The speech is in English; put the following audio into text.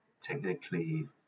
technically